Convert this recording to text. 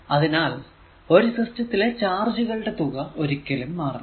അതിനാൽ ഒരു സിസ്റ്റത്തിലെ ചാർജുകളുടെ തുക ഒരിക്കലും മാറില്ല